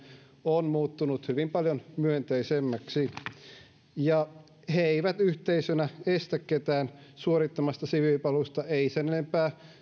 on muuttunut hyvin paljon myönteisemmäksi he eivät yhteisönä estä ketään suorittamasta siviilipalvelusta eivät sen enempää